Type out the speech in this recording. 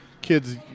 kids